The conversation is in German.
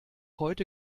heute